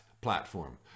platform